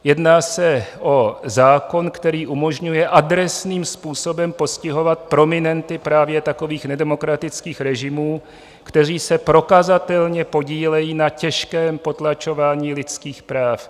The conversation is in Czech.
Jedná se o zákon, který umožňuje adresným způsobem postihovat prominenty právě takových nedemokratických režimů, kteří se prokazatelně podílejí na těžkém potlačování lidských práv.